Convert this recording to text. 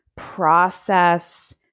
process